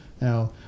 Now